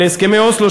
להסכמי אוסלו,